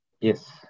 Yes